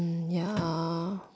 hmm ya